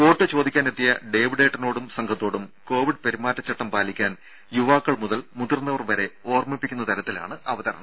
vote ചോദിക്കാനെത്തിയ ഡേവിഡേട്ടനോടും സംഘത്തോടും കോവിഡ് പെരുമാറ്റ ചട്ടം പാലിക്കാൻ യുവാക്കൾ മുതൽ മുതിർന്നവർ വരെ ഓർമ്മിപ്പിക്കുന്ന തരത്തിലാണ് അവതരണം